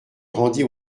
rendit